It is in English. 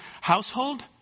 household